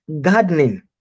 Gardening